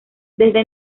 desde